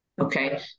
okay